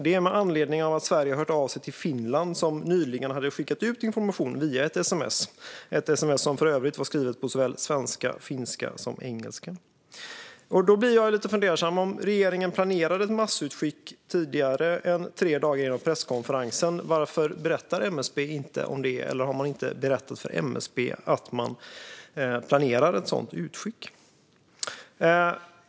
Det var med anledning av att Sverige hade hört av sig till Finland, som nyligen hade skickat ut information via sms - ett sms som för övrigt var skrivet på svenska, finska och engelska. Då blir jag lite fundersam. Om regeringen planerade ett massutskick tidigare än tre dagar före presskonferensen, varför berättade MSB inte om det? Eller hade regeringen inte berättat för MSB att man planerade ett sådant utskick?